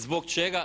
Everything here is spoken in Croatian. Zbog čega?